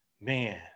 man